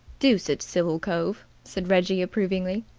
deuced civil cove, said reggie approvingly.